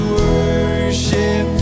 worship